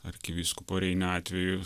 arkivyskupo reinio atveju